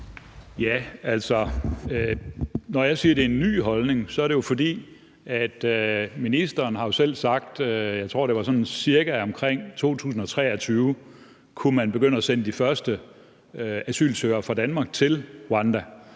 (DD): Når jeg siger, at det er en ny holdning, er det jo, fordi har ministeren selv har sagt, at det var sådan cirka omkring 2023, tror jeg det var, at man kunne begynde at sende de første asylsøgere fra Danmark til Rwanda.